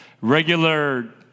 regular